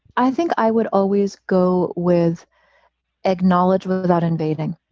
i think i would always go with acknowledgement without invading.